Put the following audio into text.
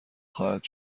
خواهد